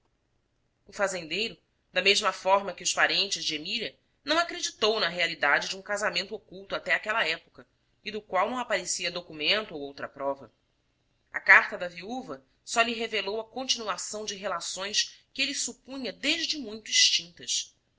o fazendeiro da mesma forma que os parentes de emília não acreditou na realidade de um casamento oculto até àquela época e do qual não aparecia documento ou outra prova a carta da viúva só lhe revelou a continuação de relações que ele supunha deste muito extintas